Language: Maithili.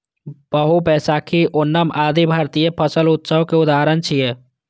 बीहू, बैशाखी, ओणम आदि भारतीय फसल उत्सव के उदाहरण छियै